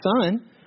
son